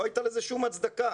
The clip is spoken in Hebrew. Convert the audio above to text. לא הייתה לו שום הצדקה.